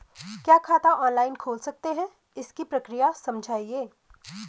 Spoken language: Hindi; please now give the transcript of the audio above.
क्या खाता ऑनलाइन खोल सकते हैं इसकी प्रक्रिया समझाइए?